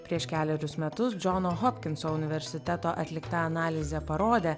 prieš kelerius metus džono hopkinso universiteto atlikta analizė parodė